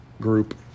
group